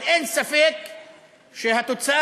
אבל אין ספק שהתוצאה